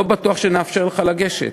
לא בטוח שנאפשר לך לגשת.